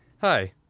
Hi